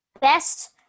best